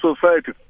society